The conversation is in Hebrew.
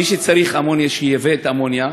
מי שצריך אמוניה, שייבא את האמוניה.